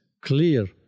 clear